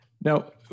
now